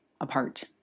apart